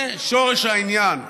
זה שורש העניין.